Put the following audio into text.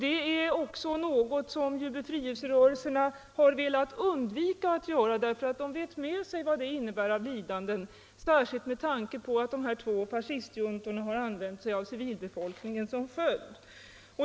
Det är något som befrielserörelserna har velat undvika därför = revolutionära att de vet med sig vad det innebär av lidande, särskilt med tanke på regering att de här två fascistjuntorna har använt sig av civilbefolkningen som sköld.